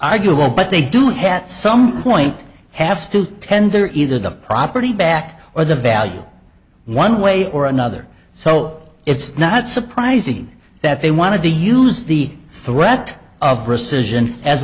well but they do have some point have to tender either the property back or the value in one way or another so it's not surprising that they wanted to use the threat of